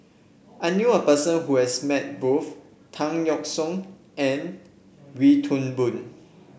I knew a person who has met both Tan Yeok Seong and Wee Toon Boon